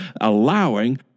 allowing